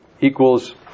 equals